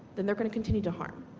then they are going to continue to harm.